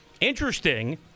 interesting